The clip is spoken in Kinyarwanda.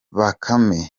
bakame